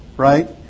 Right